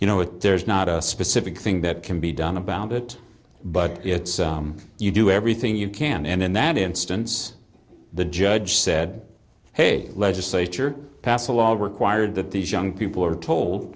you know if there's not a specific thing that can be done about it but you do everything you can and in that instance the judge said hey legislature pass a law required that these young people are told